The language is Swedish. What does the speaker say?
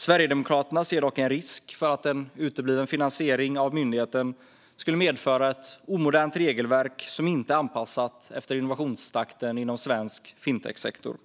Sverigedemokraterna ser dock en risk för att en utebliven finansiering av myndigheten skulle medföra ett omodernt regelverk som inte är anpassat efter innovationstakten inom svensk fintechsektor.